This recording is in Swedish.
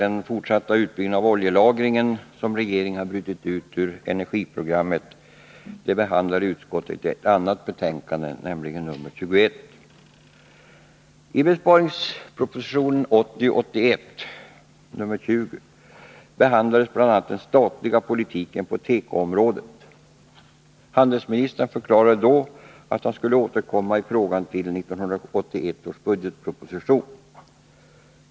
Den fortsatta utbyggnaden av oljelagringen, som regeringen har brutit ut ur energiprogrammet, behandlar försvarsutskottet i betänkandet nr 21. I besparingspropositionen, 1980/81:20, behandlas bl.a. den statliga politiken på tekoområdet. Handelsministern förklarade i propositionen att han skulle återkomma till frågan i 1981 års budgetproposition.